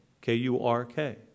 K-U-R-K